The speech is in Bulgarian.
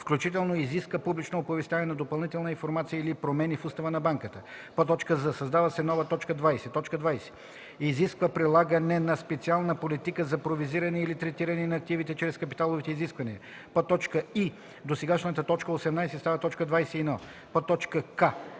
„включително изиска публично оповестяване на допълнителна информация или промени в устава на банката”; з) създава се нова т. 20: „20. изисква прилагане на специална политика за провизиране или третиране на активите чрез капиталовите изисквания;“ и) досегашната т. 18 става т. 21; к)